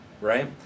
Right